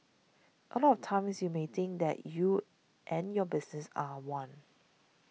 a lot of times you may think that you and your business are one